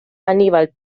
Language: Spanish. aníbal